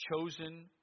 chosen